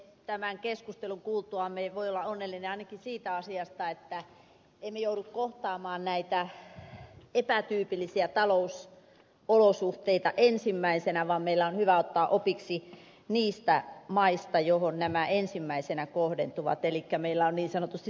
tämän keskustelun kuultuamme me voimme olla onnellisia ainakin siitä asiasta että emme joudu kohtaamaan näitä epätyypillisiä talousolosuhteita ensimmäisenä vaan meillä on hyvä ottaa opiksi niistä maista joihin nämä ensimmäisenä kohdentuvat elikkä meillä on niin sanotusti sopeutumisaikaa